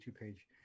page